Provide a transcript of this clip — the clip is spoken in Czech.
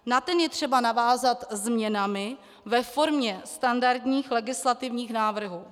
Na ten je třeba navázat změnami ve formě standardních legislativních návrhů.